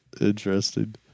interesting